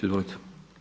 Izvolite.